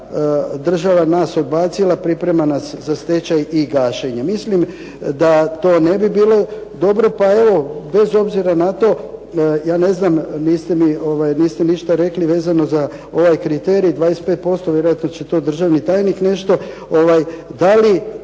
država nas odbacila, priprema nas za stečaj i gašenje. Mislim da to ne bi bilo dobro, pa evo bez obzira na to ja ne znam niste mi, niste ništa rekli vezano za ovaj kriterij 25%. Vjerojatno će to državni tajnik nešto, da li